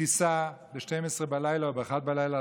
לטיסה לארצות הברית ב-24:00 או ב-01:00.